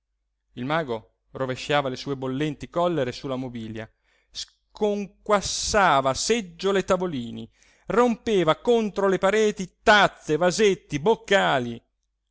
il mago rovesciava le sue bollenti collere su la mobilia sconquassava seggiole e tavolini rompeva contro le pareti tazze vasetti boccali